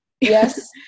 Yes